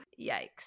Yikes